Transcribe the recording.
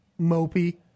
mopey